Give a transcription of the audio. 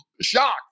shocked